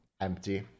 empty